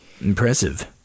Impressive